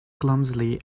clumsily